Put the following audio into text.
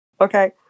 Okay